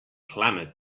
clamored